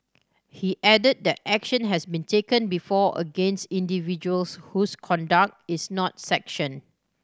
he added that action has been taken before against individuals whose conduct is not sanctioned